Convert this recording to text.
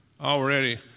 already